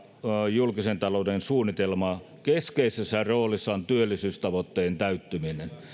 julkisen talouden suunnitelmaa keskeisessä roolissa on työllisyystavoitteiden täyttyminen